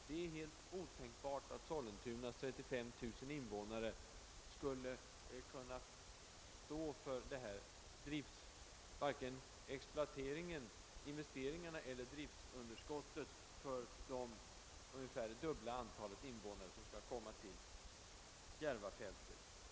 Det är helt otänkbart att Sollentunas 35 000 invånare skulle kunna stå för investeringarna och driftunderskottet för det ungefär dubbla antal invånare som skall komma till Järvafältet.